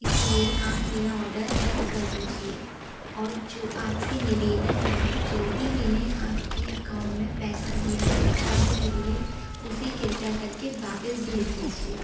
इसलिए आप मेरा ऑडर रद्द कर दीजिए और जो आपसे निवेदन है जो भी मैंने आपके अकाउंट में पैसा दिया है ऑडर के लिए उसे कृपया करके वापस भेज दीजिए